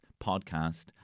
podcast